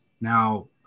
Now